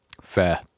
Fair